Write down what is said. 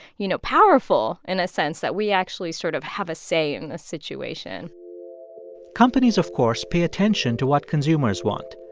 you know, powerful in a sense that we actually sort of have a say in the situation companies, of course, pay attention to what consumers want.